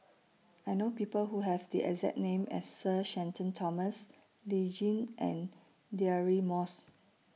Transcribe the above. I know People Who Have The exact name as Sir Shenton Thomas Lee Tjin and Deirdre Moss